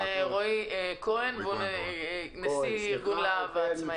אני מצטרף לרעיון של חיזוק עסקים